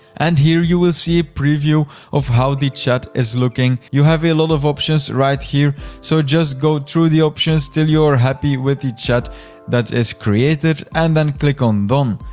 and here you will see a preview of how the chat is looking. you have a lot of options right here so just go through the options til you are happy with the chat that is created and then click on done. um